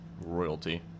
royalty